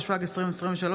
התשפ"ג 2023,